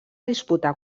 disputar